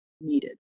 needed